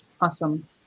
Awesome